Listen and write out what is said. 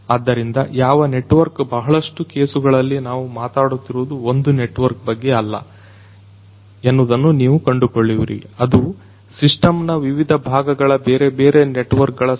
ಆದ್ದರಿಂದ ಯಾವ ನೆಟ್ವರ್ಕ್ ಬಹಳಷ್ಟು ಕೇಸುಗಳಲ್ಲಿ ನಾವು ಮಾತನಾಡುತ್ತಿರುವುದು ಒಂದು ನೆಟ್ವರ್ಕ್ ಬಗ್ಗೆ ಅಲ್ಲ ಎನ್ನುವುದನ್ನು ನೀವು ಕಂಡುಕೊಳ್ಳುವಿರಿ ಅದು ಸಿಸ್ಟಮ್ ನ ವಿವಿಧ ಭಾಗಗಳ ಬೇರೆ ಬೇರೆ ನೆಟ್ವರ್ಕ್ ಗಳ ಸಮೂಹ